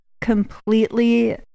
completely